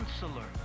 counselor